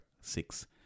six